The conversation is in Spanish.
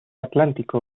atlántico